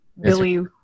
Billy